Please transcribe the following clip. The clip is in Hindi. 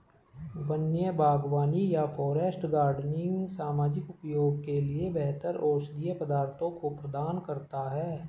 वन्य बागवानी या फॉरेस्ट गार्डनिंग सामाजिक उपयोग के लिए बेहतर औषधीय पदार्थों को प्रदान करता है